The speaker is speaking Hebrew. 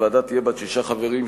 הוועדה תהיה בת שישה חברים,